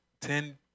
Ten